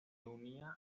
unía